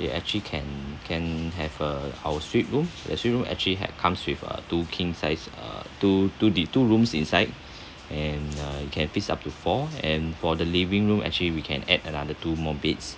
we actually can can have a our suite room our suite room actually had comes with a two king size err two two the two rooms inside and uh it can fits up to four and for the living room actually we can add another two more beds